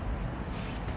ya